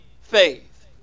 faith